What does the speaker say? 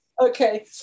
Okay